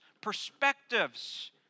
perspectives